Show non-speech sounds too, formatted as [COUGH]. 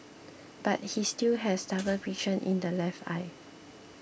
but he still has double [NOISE] vision in the left eye